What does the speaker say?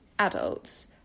adults